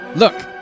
Look